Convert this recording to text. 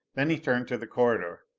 then he turned to the corridor.